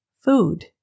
Food